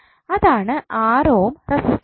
അതാണ് 6 ohm resistance